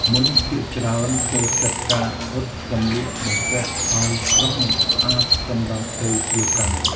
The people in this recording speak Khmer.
មនុស្សភាគច្រើនចូលចិត្តការអ៊ុតសម្លៀកបំពាក់ឱ្យត្រង់ស្អាតសម្រាប់ទៅធ្វើការ។